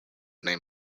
name